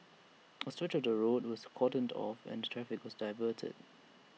A stretch of the road was cordoned off and traffic was diverted